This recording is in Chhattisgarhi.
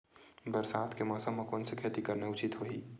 बरसात के मौसम म कोन से खेती करना उचित होही?